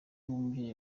rw’umubyeyi